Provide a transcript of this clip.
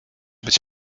być